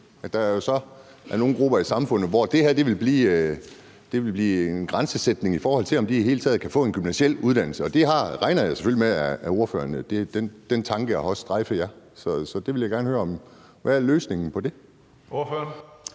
at der jo så er nogle grupper i samfundet, hvor det her vil blive en grænsesætning i forhold til, om de i det hele taget kan få en gymnasial uddannelse? Jeg regner selvfølgelig med, at den tanke også har strejfet jer. Så jeg vil gerne høre: Hvad er løsningen på det? Kl.